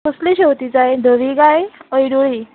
कसली शेवती जाय धवी गाय हळदुळी